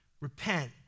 repent